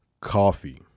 coffee